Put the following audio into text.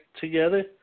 together